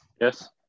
yes